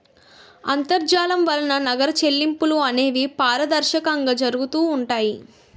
అంతర్జాలం వలన నగర చెల్లింపులు అనేవి పారదర్శకంగా జరుగుతూ ఉంటాయి